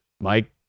Mike